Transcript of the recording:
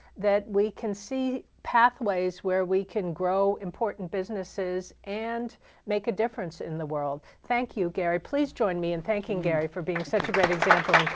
that we can see pathways where we can grow important businesses and make a difference in the world. thank you, gary. please join me in thanking gary for being such a great example